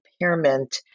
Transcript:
impairment